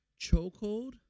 Chokehold